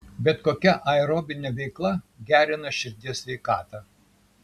bet kokia aerobinė veikla gerina širdies sveikatą